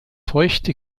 feuchte